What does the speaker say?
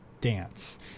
dance